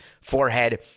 forehead